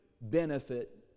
benefit